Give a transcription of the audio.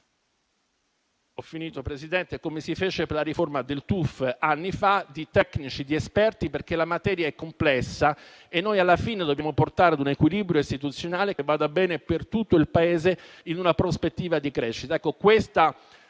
comitato tecnico - come si fece per la riforma del TUF anni fa - di tecnici ed esperti perché la materia è complessa e noi alla fine dobbiamo portare un equilibrio istituzionale che vada bene per tutto il Paese in una prospettiva di crescita.